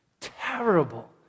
terrible